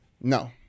No